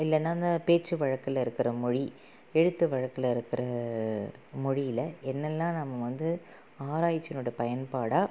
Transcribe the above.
இல்லைன்னா இந்த பேச்சு வழக்கில் இருக்கிற மொழி எழுத்து வழக்கில் இருக்கிற மொழியில் என்னெல்லாம் நம்ம வந்து ஆராய்ச்சினோடய பயன்பாடாக